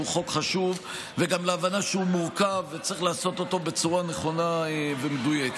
חוק חשוב וגם להבנה שהוא מורכב וצריך לעשות אותו בצורה נכונה ומדויקת.